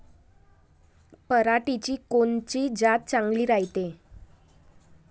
पऱ्हाटीची कोनची जात चांगली रायते?